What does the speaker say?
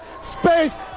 space